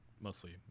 mostly